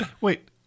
Wait